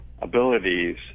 abilities